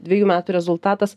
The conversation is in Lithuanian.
dvejų metų rezultatas